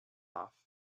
off